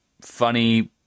funny